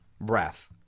breath